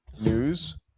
news